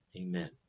Amen